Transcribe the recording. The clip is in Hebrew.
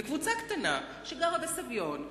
לקבוצה קטנה שגרה בסביון,